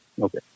Okay